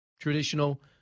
Traditional